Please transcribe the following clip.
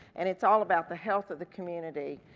and it's all about the health of the community,